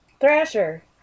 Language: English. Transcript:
thrasher